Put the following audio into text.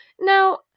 now